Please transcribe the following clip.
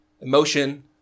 emotion